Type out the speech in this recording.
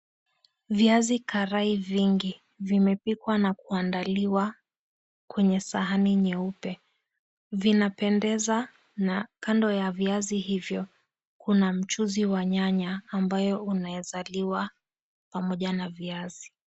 Viazi vya karai mingi vimepikwa na kuandaliwa kwenye sahani nyeupe. Vinapendeza na kando ya viazi hivyo kuna mchuzi wa nyanya ambayo unaweza liwa pamoja na viazi.